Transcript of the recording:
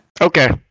okay